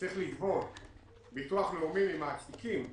שצריך לגבות ביטוח לאומי ממעסיקים,